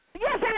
Yes